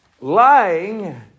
Lying